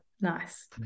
nice